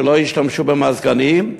שלא ישתמשו במזגנים,